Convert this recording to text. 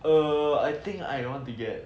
err I think I want to get